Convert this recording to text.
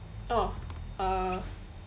oh uh